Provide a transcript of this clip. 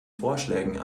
vorschlägen